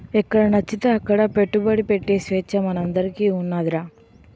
ఎక్కడనచ్చితే అక్కడ పెట్టుబడి ఎట్టే సేచ్చ మనందరికీ ఉన్నాదిరా